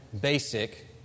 basic